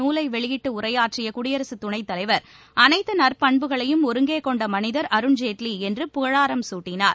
நூலை வெளியிட்டு உரையாற்றிய குடியரசு துணைத் தலைவர் அனைத்து நற்பண்புகளையும் ஒருங்கே கொண்ட மளிதர் அருண்ஜேட்லி என்று புகழாரம் குட்டினார்